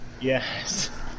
Yes